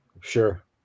Sure